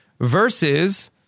versus